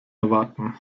erwarten